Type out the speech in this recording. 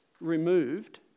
removed